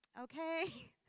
Okay